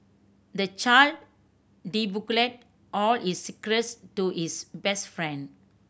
the child all his secrets to his best friend